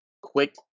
Quick